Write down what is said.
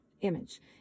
image